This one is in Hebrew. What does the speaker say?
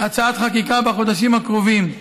הצעת חקיקה בחודשים הקרובים,